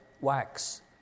wax